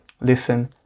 listen